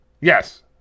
Yes